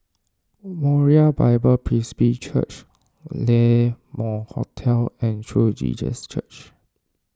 Moriah Bible Presby Church La Mode Hotel and True Jesus Church